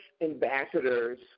ambassadors